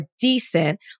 decent